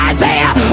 Isaiah